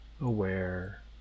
aware